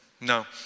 No